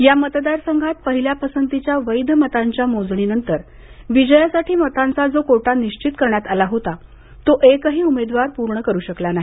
या मतदारसंघात पहिल्या पसंतीच्या वैध मतांच्या मोजणीनंतर विजयासाठी मताचा जो कोटा निश्वित करण्यात आला होता तो एकही उमेदवार पूर्ण करु शकला नाही